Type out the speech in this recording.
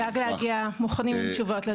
נדאג להגיע מוכנים עם תשובות.